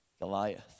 Goliath